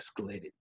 escalated